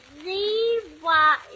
Z-Y